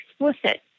explicit